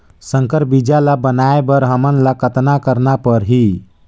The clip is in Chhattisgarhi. संकर बीजा ल बनाय बर हमन ल कतना करना परही?